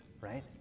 right